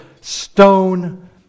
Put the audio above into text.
stone